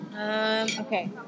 Okay